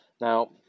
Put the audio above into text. Now